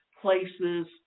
places